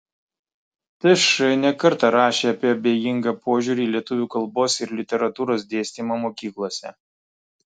tš ne kartą rašė apie abejingą požiūrį į lietuvių kalbos ir literatūros dėstymą mokyklose